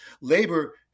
Labor